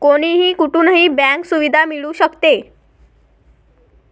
कोणीही कुठूनही बँक सुविधा मिळू शकते